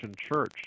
church